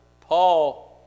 Paul